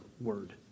word